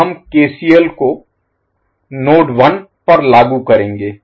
अब हम केसीएल को नोड 1 पर लागू करेंगे